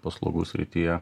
paslaugų srityje